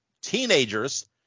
teenagers